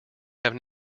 have